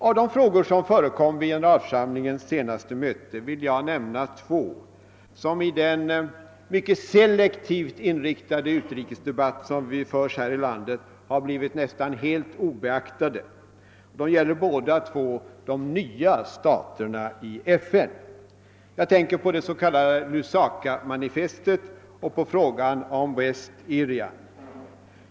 Av de frågor som förekom vid generalförsamlingens senaste möte vill jag nämna två, som i den mycket selektivt inriktade utrikesdebatt som förs här i landet har blivit nästan helt obeaktade. Båda två gäller de nya staterna i FN. Jag tänker på det s.k. Lusakamanifestet och på frågan om West Irian.